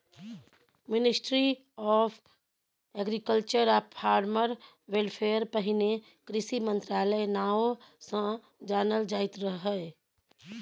ministry of agriculture आ farmer welfare पहिने कृषि मंत्रालय नाओ सँ जानल जाइत रहय